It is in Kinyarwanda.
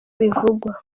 bivugwa